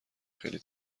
خیلی